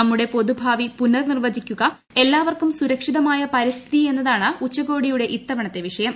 നമ്മുടെ പൊതുഭാവി പുനർനിർവ്വചിക്കുക എല്ലാവർക്കും സുരക്ഷിതമായ പരിസ്ഥിതി എന്നതാണ് ഉച്ചകോടിയുടെ ഇത്തവണത്തെ വിഷയം